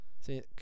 See